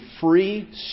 free